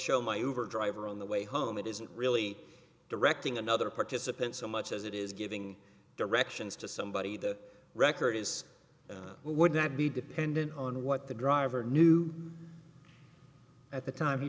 show my over driver on the way home it isn't really directing another participant so much as it is giving directions to somebody the record is would not be dependent on what the driver knew at the time he